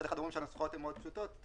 אומרים שהנוסחאות מאוד פשוטות,